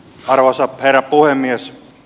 arvoisa herra puhemies